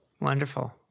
Wonderful